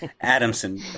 Adamson